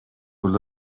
would